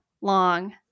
long